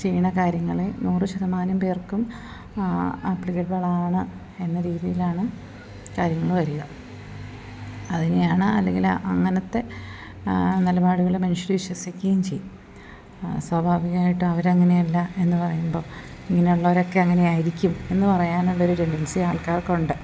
ചെയ്യുന്ന കാര്യങ്ങളെ നൂറ് ശതമാനം പേർക്കും ആപ്ലിക്കബിൾ ആണ് എന്ന രീതിയിലാണ് കാര്യങ്ങൾ വരിക അതിനെയാണ് അല്ലെങ്കിൽ അങ്ങനത്തെ നിലപാടുകൾ മനുഷ്യർ വിശ്വസിക്കുകയും ചെയ്യും സ്വാഭാവികമായിട്ട് അവർ അങ്ങനെ അല്ല എന്നു പറയുമ്പോൾ ഇങ്ങനെയുള്ളവരൊക്കെ അങ്ങനെയായിരിക്കും എന്ന് പറയാനുള്ള ഒരു ടെൻഡൻസി ആൾക്കാർക്ക് ഉണ്ട്